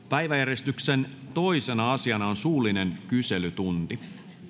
päiväjärjestyksen toisena asiana on suullinen kyselytunti